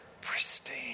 pristine